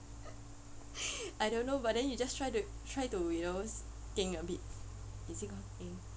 I don't know but then you just try to try you know geng a bit is it called geng